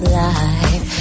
life